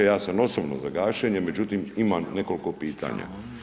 Ja sam osobno za gašenje, međutim, imam nekoliko pitanja.